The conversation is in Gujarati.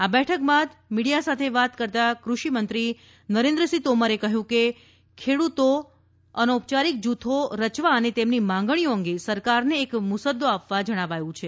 આ બેઠક બાદ મીડીયા સાથે વાત કરતા કૃષિ મંત્રી નરેન્દ્રસિંહ તોમરે કહ્યું હતું કે ખેડ઼તો સંઘોને અનૌપચારિક જુથો રચવા અને તેમની માંગણીઓ અંગે સરકારને એક મુસદૃો આપવા જણાવાયું છે